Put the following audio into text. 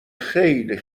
خیلی